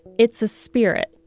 it's a spirit,